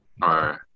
right